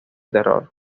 terror